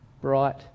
bright